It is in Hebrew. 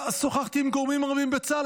שוחחתי עם גורמים רבים בצה"ל,